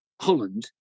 Holland